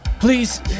Please